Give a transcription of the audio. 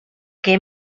que